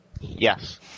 Yes